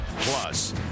Plus